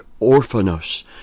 orphanos